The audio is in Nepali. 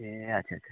ए आच्छा छा